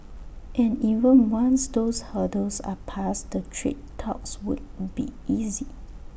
and even once those hurdles are passed the trade talks won't be easy